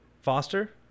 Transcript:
foster